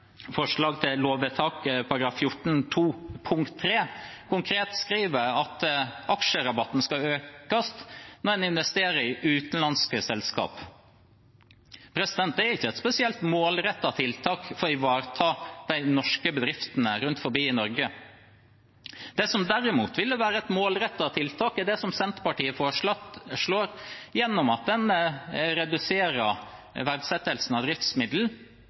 forslag til lovvedtak § 14-2 punkt 3 konkret skriver at aksjerabatten skal økes når man investerer i utenlandske selskap. Det er ikke et spesielt målrettet tiltak for å ivareta de norske bedriftene rundt om i Norge. Det som derimot ville vært et målrettet tiltak, er det Senterpartiet foreslår, ved at man reduserer verdsettelsen av